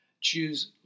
choose